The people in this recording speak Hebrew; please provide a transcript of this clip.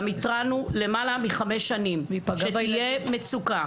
גם התרענו למעלה מחמש שנים שתהיה מצוקה,